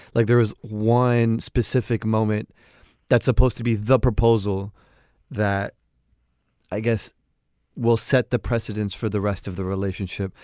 like there was one specific moment that's supposed to be the proposal that i guess will set the precedents for the rest of the relationship.